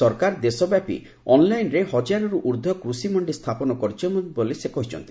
ସରକାର ଦେଶବ୍ୟାପୀ ଅନ୍ଲାଇନ୍ରେ ହଜାରେରୁ ଊର୍ଦ୍ଧ୍ୱ କୃଷିମଣ୍ଡି ସ୍ଥାପନ କରିଛନ୍ତି ବୋଲି ସେ କହିଛନ୍ତି